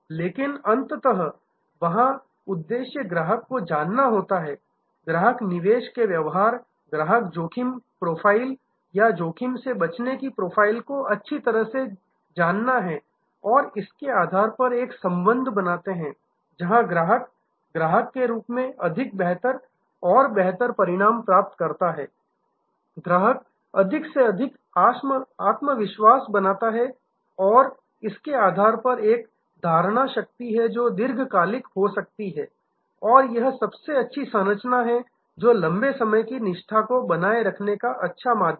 लेकिन अंततः वहाँ उद्देश्य ग्राहक को जानना है ग्राहक निवेश के व्यवहार ग्राहक जोखिम प्रोफ़ाइल या जोखिम से बचने की प्रोफाइल को अच्छी तरह से जानना हैं और इसके आधार पर एक संबंध बनाते हैं जहां ग्राहक ग्राहक के रूप में अधिक बेहतर और बेहतर परिणाम प्राप्त करता है ग्राहक अधिक से अधिक आत्मविश्वास बनाता है और इसके आधार पर एक धारणा शक्ति है जो दीर्घकालिक हो जाता है और यह सबसे अच्छी संरचना है जो लंबे समय की निष्ठा को बनाए रखने का सबसे अच्छा माध्यम है